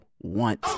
want